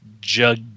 jug